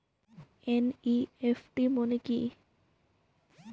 NEFT মনে কি?